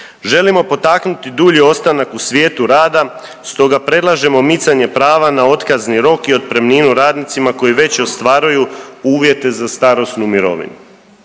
Želimo potaknuti dulji ostanak u svijetu rada stoga predlažemo micanje prava na otkazni rok i otpremninu radnicima koji već ostvaruju za starosnu mirovinu.